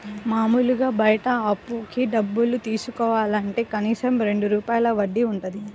మాములుగా బయట అప్పుకి డబ్బులు తీసుకోవాలంటే కనీసం రెండు రూపాయల వడ్డీ వుంటది